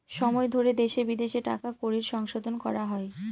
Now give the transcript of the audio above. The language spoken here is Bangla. সময় ধরে দেশে বিদেশে টাকা কড়ির সংশোধন করা হয়